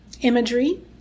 imagery